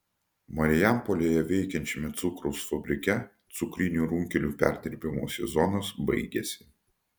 marijampolėje veikiančiame cukraus fabrike cukrinių runkelių perdirbimo sezonas baigiasi